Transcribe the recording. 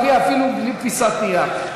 אפילו בלי פיסת נייר.